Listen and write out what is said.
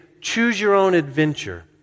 choose-your-own-adventure